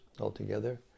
altogether